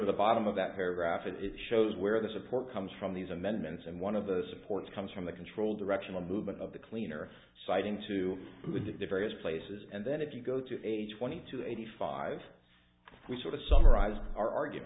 to the bottom of that paragraph it shows where the support comes from these amendments and one of the supports comes from the control direction a movement of the cleaner site into with the various places and then if you go to age twenty to eighty five we sort of summarize our